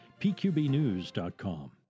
pqbnews.com